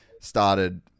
started